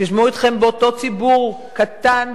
שישמעו אתכם באותו ציבור קטן,